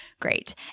Great